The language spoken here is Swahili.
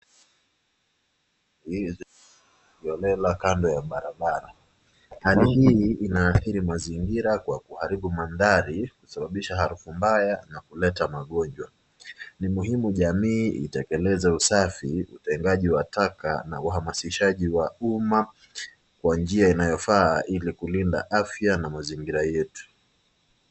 Hii ni rundo la taka kando ya barabara. Taka hii inaathiri mazingira kwa kuharibu mandhari, kusababisha harufu mbaya na kuleta magonjwa. Ni muhimu jamii itekeleze usafi, utengaji wa taka na uhamasishaji wa umma kwa njia inayofaa ili kulinda afya kwa mazingira yetu.